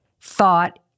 thought